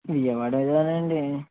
విజయవాడ వెళ్ళానండి